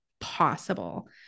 possible